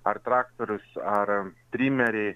ar traktorius ar trimeriai